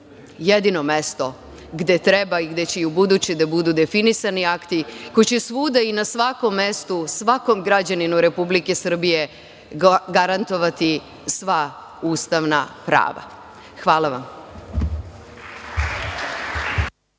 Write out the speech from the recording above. jedino mesto gde treba i gde će i u buduće da budu definisani akti koji će svuda i na svakom mestu svakom građaninu Republike Srbije garantovati sva ustavna prava. Hvala vam.